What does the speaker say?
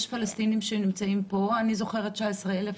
יש פלסטינים שנמצאים פה אני זוכרת 19,000,